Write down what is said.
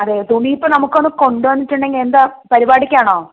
അതെ തുണിയിപ്പോൾ നമുക്കൊന്നു കൊണ്ടുവന്നിട്ടുണ്ടെങ്കിൽ എന്താ പരിപാടിക്കാണോ